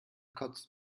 kotzt